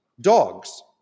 Dogs